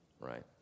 Right